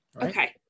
Okay